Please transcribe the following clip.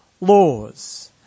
laws